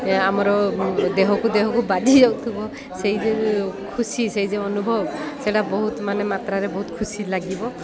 ଆମର ଦେହକୁ ଦେହକୁ ବାଜିି ଯାଉଥିବ ସେଇ ଯେଉଁ ଖୁସି ସେଇ ଯେଉଁ ଅନୁଭବ ସେଇଟା ବହୁତ ମାନେ ମାତ୍ରାରେ ବହୁତ ଖୁସି ଲାଗିବ